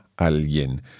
alguien